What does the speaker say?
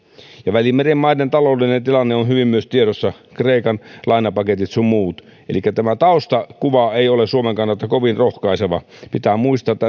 välimeren maiden taloudellinen tilanne on myös hyvin tiedossa kreikan lainapaketit sun muut elikkä tämä taustakuva ei ole suomen kannalta kovin rohkaiseva pitää muistaa että